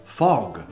fog